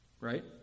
right